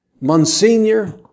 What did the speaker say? Monsignor